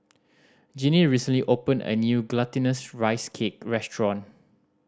Jinnie recently opened a new Glutinous Rice Cake restaurant